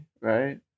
right